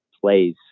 plays